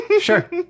Sure